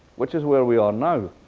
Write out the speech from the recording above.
which is where we are now.